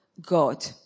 God